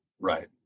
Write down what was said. Right